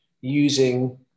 using